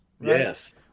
Yes